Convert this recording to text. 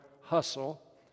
hustle